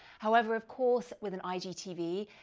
however, of course, with an igtv,